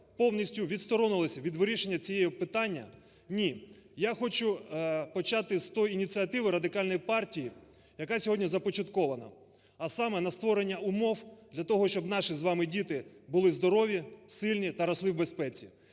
повністю відсторонилися від вирішення цього питання. Ні! Я хочу почати з тієї ініціативи Радикальної партії, яка сьогодні започаткована, а саме на створення умов для того, щоб наші з вами діти були здорові, сильні та росли у безпеці.